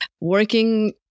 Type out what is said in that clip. working